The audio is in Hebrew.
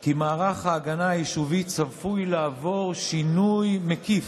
כי מערך ההגנה היישובי צפוי לעבור שינוי מקיף,